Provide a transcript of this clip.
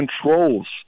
controls